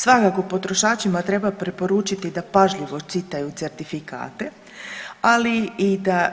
Svakako potrošačima treba preporučiti da pažljivo čitaju certifikate, ali i da